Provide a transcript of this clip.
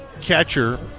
catcher